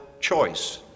choice